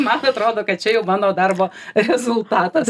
man atrodo kad čia jau mano darbo rezultatas